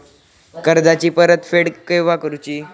कर्जाची परत फेड केव्हा करुची?